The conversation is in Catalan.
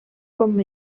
com